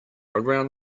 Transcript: around